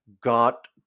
got